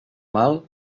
mal